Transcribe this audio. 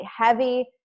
heavy